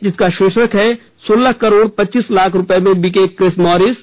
जिसका शीर्षक है सोलह करोड़ पच्चीस लाख रूपये में बिके क्रिस मॉरीस